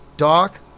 Doc